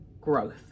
growth